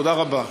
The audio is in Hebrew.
תודה רבה.